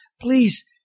please